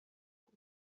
بود